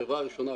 החברה הראשונה,